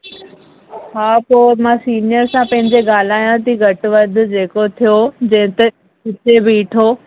हा पोइ मां सीनियर सां पंहिंजे ॻाल्हायां थी घटि वधि जेको थियो जेते हिते ॿीठो